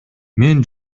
мен